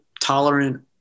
tolerant